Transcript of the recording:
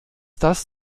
das